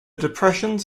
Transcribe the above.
depressions